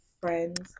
friends